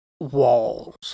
walls